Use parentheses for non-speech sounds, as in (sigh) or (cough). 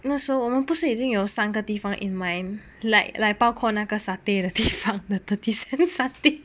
那时候我们不是已经有三个地方 in mind like like 包括那个 satay 的地方 (laughs) the thirty cent satay